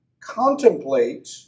contemplate